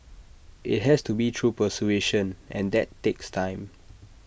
IT has to be through persuasion and that takes time